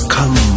Come